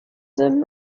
them